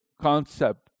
concept